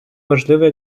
важливе